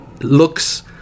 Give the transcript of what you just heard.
looks